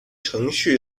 程序